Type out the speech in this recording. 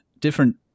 different